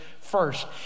first